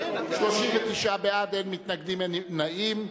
39 בעד, אין מתנגדים, אין נמנעים.